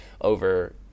over